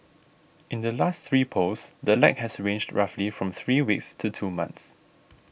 in the last three polls the lag has ranged roughly from three weeks to two months